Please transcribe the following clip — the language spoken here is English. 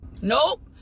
Nope